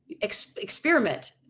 experiment